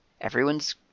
everyone's